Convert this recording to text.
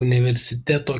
universiteto